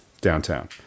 downtown